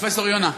פרופסור יונה,